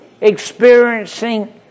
experiencing